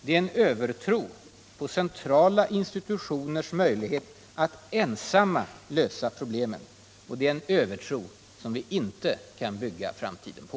Det är en övertro på centrala institutioners möjlighet att ensamma lösa problemen. Det är en övertro som vi inte kan bygga framtiden på.